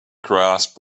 grasp